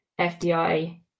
FDI